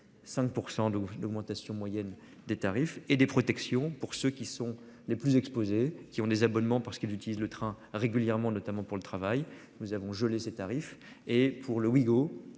l'augmentation moyenne des tarifs et des protections pour ceux qui sont les plus exposés qui ont des abonnements parce qu'ils utilisent le train régulièrement, notamment pour le travail. Nous avons gelé ses tarifs et pour le.